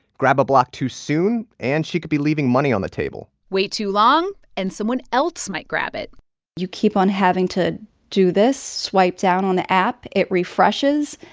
grab a block too soon, and she could be leaving money on the table wait too long, and someone else might grab it you keep on having to do this. swipe down on the app. it refreshes.